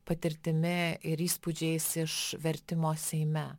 patirtimi ir įspūdžiais iš vertimo seime